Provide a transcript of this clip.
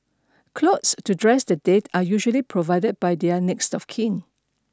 clothes to dress the dead are usually provided by their next of kin